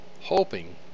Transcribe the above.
Hoping